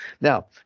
Now